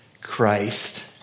Christ